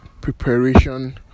preparation